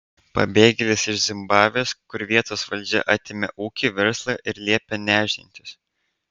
pabėgėlis iš zimbabvės kur vietos valdžia atėmė ūkį verslą ir liepė nešdintis